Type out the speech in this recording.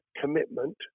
commitment